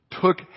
took